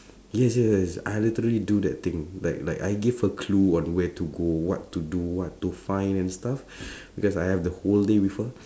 yes yes yes I literally do that thing like like I gave a clue on where to go what to do what to find and stuff because I have the whole day with her